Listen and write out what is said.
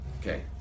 Okay